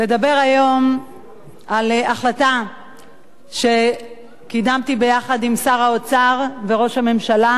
לדבר היום על החלטה שקידמתי יחד עם שר האוצר וראש הממשלה,